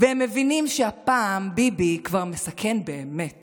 והם מבינים שהפעם ביבי כבר מסכן באמת